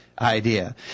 idea